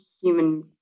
human